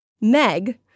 Meg